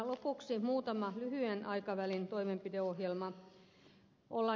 lopuksi muutama lyhyen aikavälin toimenpideohjelma